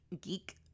geek